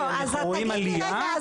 אנחנו רואים עלייה --- לא,